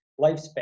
lifespan